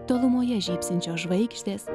tolumoje žybsinčios žvaigždės